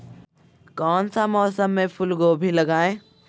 कौन सा मौसम में फूलगोभी लगाए?